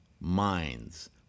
minds